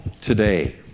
today